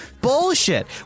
Bullshit